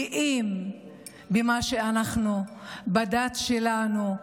גאים במה שאנחנו, בדת שלנו,